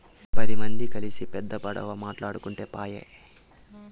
పది మంది కల్సి పెద్ద పడవ మాటాడుకుంటే పాయె